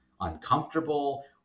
uncomfortable